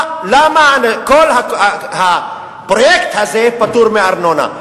למה כל הפרויקט הזה פטור מארנונה?